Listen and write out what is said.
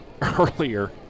earlier